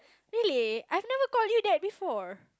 really I have never called you that before